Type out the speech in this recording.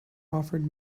offered